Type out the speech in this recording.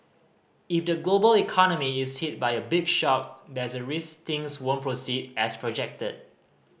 if the global economy is hit by a big shock there's a risk things won't proceed as projected